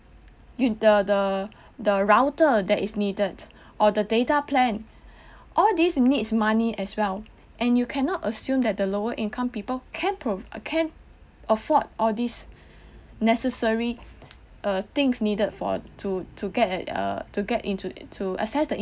the the the router that is needed or the data plan all these needs money as well and you cannot assume that the lower income people can prov~ can afford all this necessary uh things needed for to to get at uh to get into to access the